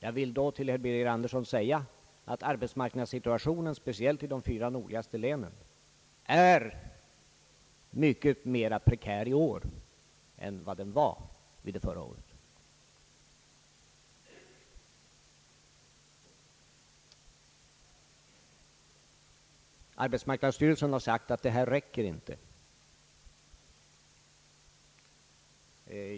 Jag vill då till herr Andersson säga att arbetsmarknadssituationen, speciellt i de fyra nordligaste länen, är mycket mer prekär i år än vad den var förra året. Arbetsmarknadsstyrelsen har sagt att beloppet 150 milj. inte räcker.